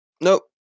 Nope